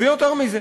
ויותר מזה,